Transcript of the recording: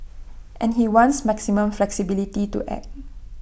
and he wants maximum flexibility to act